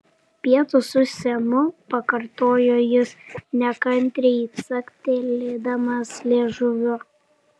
pietūs su semu pakartojo jis nekantriai caktelėdamas liežuviu